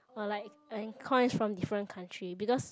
or like and coins from different country because